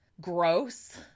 Gross